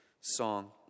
song